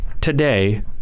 today